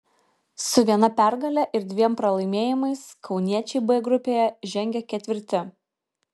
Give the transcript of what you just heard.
su viena pergale ir dviem pralaimėjimais kauniečiai b grupėje žengia ketvirti